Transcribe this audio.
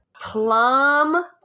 Plum